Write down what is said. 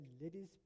ladies